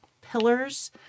pillars